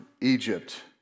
Egypt